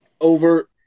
over